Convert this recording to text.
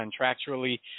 contractually